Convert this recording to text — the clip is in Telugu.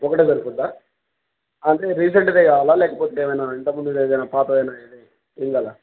ఒకట జరుకుడా అంటే రీసెంట్దే కావాలా లేకపోతే ఏమైనా ఇంత ముందు ఏదైనా పాతమైనా ఏ ఏం కదా